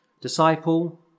Disciple